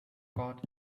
got